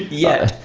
yeah,